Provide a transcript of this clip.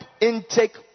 intake